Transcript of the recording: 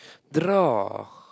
draw